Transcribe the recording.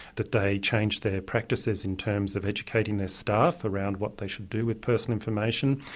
that they change their practices in terms of educating their staff around what they should do with personal information,